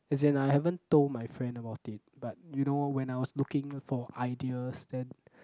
as in I haven't told my friend about it but you know when I was looking for ideas then